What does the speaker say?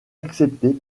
acceptée